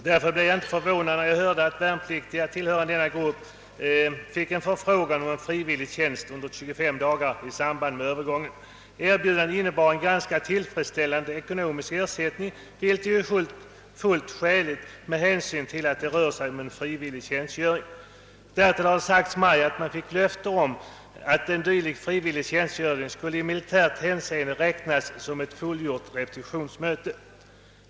Därför blev jag inte förvånad när jag hörde att värnpliktiga tillhörande denna grupp fått en förfrågan om frivillig tjänst under 25 dagar i samband med övergången. Erbjudandet innebar en ganska tillfredsställande ekonomisk «ersättning, vilket är fullt skäligt med hänsyn till att det rör sig om en frivillig tjänstgöring. Det har sagts mig, att man därtill fått löfte om att en dylik frivillig tjänstgöring i militärt hänseende skulle räknas som ett fullgjort repetitionsmöte.